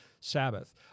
Sabbath